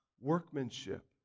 workmanship